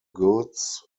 goods